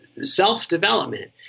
self-development